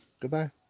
Goodbye